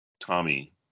Tommy